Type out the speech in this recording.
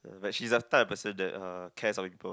but she's the type of person that uh cares for people